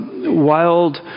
wild